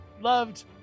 loved